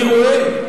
אני רואה.